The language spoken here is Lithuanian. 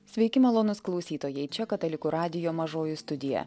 sveiki malonūs klausytojai čia katalikų radijo mažoji studija